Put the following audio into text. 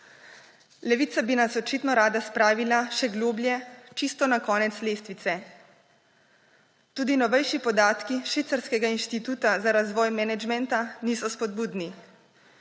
Levica bi nas očitno rada spravila še globlje, čisto na konec lestvice. Tudi novejši podatki švicarskega inštituta za razvoj menedžmenta niso spodbudni.